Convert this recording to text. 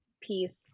peace